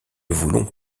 voulons